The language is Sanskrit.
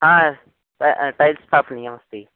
हा ट टैल्स् स्थापनीयमस्ति